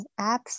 apps